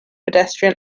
pedestrian